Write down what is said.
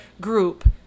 group